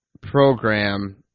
program